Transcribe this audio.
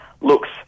looks